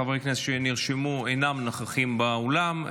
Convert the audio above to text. חברי הכנסת שנרשמו אינם נוכחים באולם.